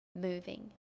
moving